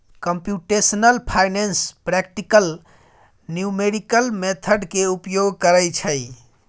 computational finance practical numerical method के उपयोग करइ छइ